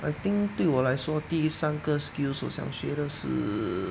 I think 对我来说第三个 skills 我想学的是